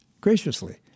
graciously